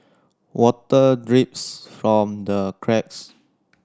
water drips from the cracks